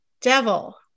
devil